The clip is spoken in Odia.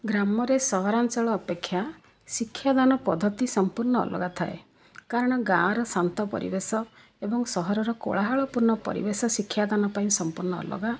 ଗ୍ରାମରେ ସହରାଞ୍ଚଳ ଅପେକ୍ଷା ଶିକ୍ଷାଦାନ ପଦ୍ଧତି ସମ୍ପୂର୍ଣ୍ଣ ଅଲଗା ଥାଏ କାରଣ ଗାଁ'ର ଶାନ୍ତ ପରିବେଶ ଏବଂ ସହରର କୋଳାହଳ ପୂର୍ଣ୍ଣ ପରିବେଶ ଶିକ୍ଷାଦାନ ପାଇଁ ସମ୍ପୂର୍ଣ୍ଣ ଅଲଗା